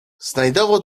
znajdował